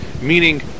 meaning